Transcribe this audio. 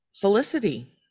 Felicity